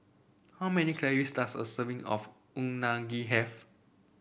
how many calories does a serving of Unagi have